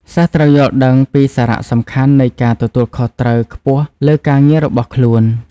សិស្សត្រូវយល់ដឹងពីសារៈសំខាន់នៃការទទួលខុសត្រូវខ្ពស់លើការងាររបស់ខ្លួន។